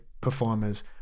performers